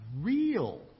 real